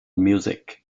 music